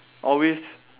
always